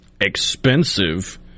expensive